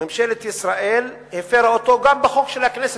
ממשלת ישראל הפירה אותו גם בחוק של הכנסת,